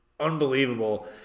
unbelievable